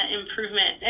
improvement